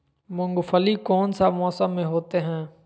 मूंगफली कौन सा मौसम में होते हैं?